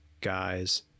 guys